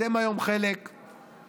אתם היום חלק מקואליציה.